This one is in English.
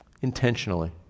intentionally